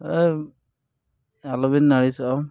ᱦᱳᱭ ᱟᱞᱚᱵᱤᱱ ᱟᱹᱲᱤᱥᱚᱜᱼᱟ